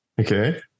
Okay